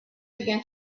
began